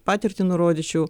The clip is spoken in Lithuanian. patirtį nurodyčiau